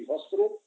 Hospital